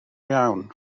iawn